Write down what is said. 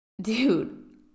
dude